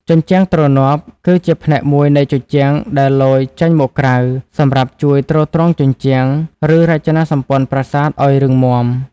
ជញ្ជាំងទ្រនាប់ គឺជាផ្នែកមួយនៃជញ្ជាំងដែលលយចេញមកក្រៅ សម្រាប់ជួយ ទ្រទ្រង់ជញ្ជាំង ឬរចនាសម្ព័ន្ធប្រាសាទឱ្យរឹងមាំ។